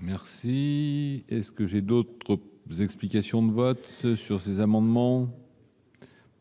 Merci, ce que j'ai d'autres explications de vote sur ces amendements,